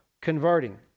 converting